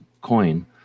coin